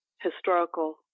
historical